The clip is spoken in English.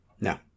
No